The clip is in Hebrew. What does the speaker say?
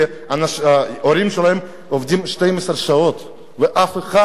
כי ההורים שלהן עובדים 12 שעות ואף אחד